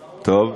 טוב.